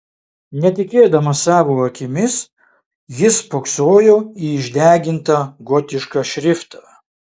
netikėdamas savo akimis jis spoksojo į išdegintą gotišką šriftą